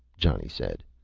johnny said.